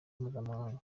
mpuzamahanga